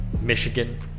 Michigan